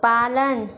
पालन